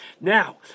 now